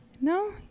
No